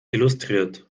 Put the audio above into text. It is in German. illustriert